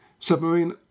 Submarine